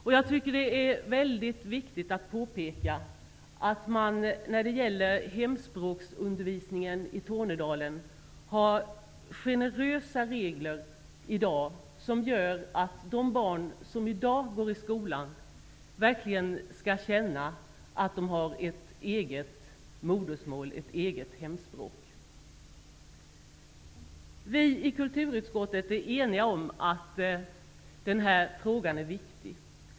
Det är viktigt att påpeka att det i dag finns generösa regler när det gäller hemspråksundervisningen i Tornedalen. Det gör att de barn som i dag går i skolan verkligen kan känna att de har ett eget modersmål, ett eget hemspråk. Vi i kulturutskottet är eniga om att den här frågan är viktig.